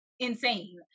Insane